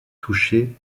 touché